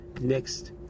next